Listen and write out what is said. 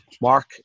Mark